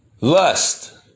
Lust